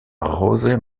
josé